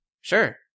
Sure